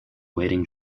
waiting